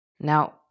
Now